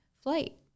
flight